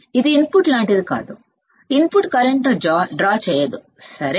ఇది ఇన్పుట్ లాంటిది కాదుఇన్పుట్ కరెంట్ను తీసుకోదు సరే